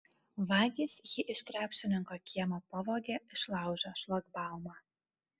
vagys jį iš krepšininko kiemo pavogė išlaužę šlagbaumą